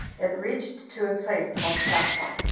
it reached to a place called sapha,